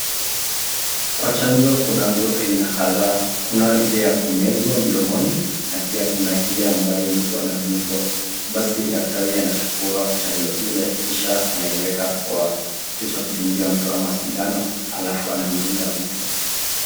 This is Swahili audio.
Kwa chanjo kunazo aina kadhaa kunayo ile ya kumezwa mdomoni na pia kuna ile ambayo mtu anadungwa. Basi daktari anachukua chanjo ile kisha anaiweka kwa kitu cha kudungia mtu ama sindano halafu anamdunga mtu.